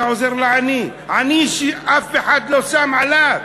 אתה עוזר לעני, עני שאף אחד לא שם עליו.